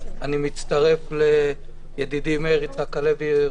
אני מצטרף לידידי מאיר יצחק הלוי,